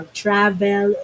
travel